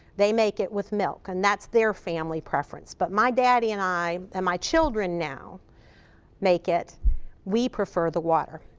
they make it with milk and that's their family preference but my daddy and i and my children now make it we prefer the water.